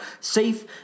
safe